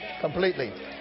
Completely